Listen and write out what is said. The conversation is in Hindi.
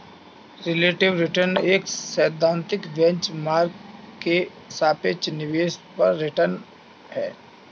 रिलेटिव रिटर्न एक सैद्धांतिक बेंच मार्क के सापेक्ष निवेश पर रिटर्न है